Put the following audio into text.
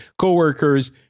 co-workers